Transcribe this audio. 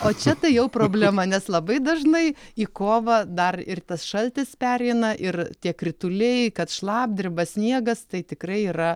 o čia tai jau problema nes labai dažnai į kovą dar ir tas šaltis pereina ir tie krituliai kad šlapdriba sniegas tai tikrai yra